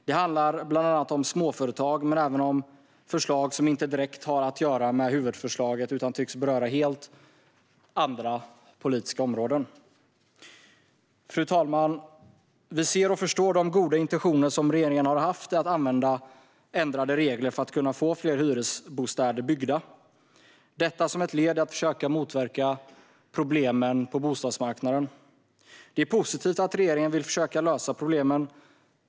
Det handlar bland annat om småföretag, men även om förslag som inte direkt har med huvudförslaget att göra utan tycks beröra helt andra politiska områden. Fru talman! Vi ser och förstår de goda intentioner som regeringen har haft med att använda ändrade regler för att få fler hyresbostäder byggda som ett led i att försöka motverka problemen på bostadsmarknaden. Det är positivt att regeringen vill försöka lösa problemen.